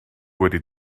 wedi